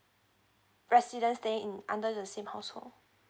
residents staying in under the same household